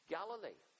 Galilee